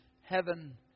Heaven